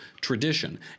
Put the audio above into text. tradition